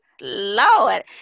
Lord